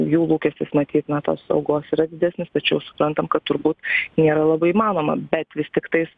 jų lūkestis matyt na tos algos yra didesnis tačiau suprantam kad turbūt nėra labai įmanoma bet vis tiktais